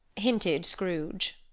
hinted scrooge.